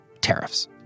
tariffs